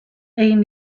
egin